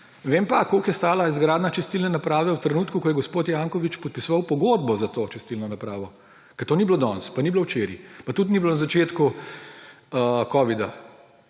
Vem pa, koliko je stala izgradnja čistilne naprave v trenutku, ko je gospod Janković podpisoval pogodbo za to čistilno napravo, ker to ni bilo danes pa ni bilo včeraj pa tudi ni bilo na začetku